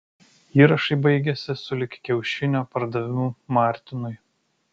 įrašai baigiasi sulig kiaušinio pardavimu martinui